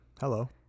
Hello